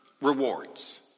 rewards